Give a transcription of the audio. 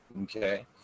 Okay